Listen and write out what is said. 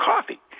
coffee